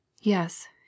Yes